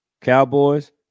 Cowboys